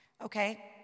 okay